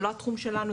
זה לא התחום שלנו,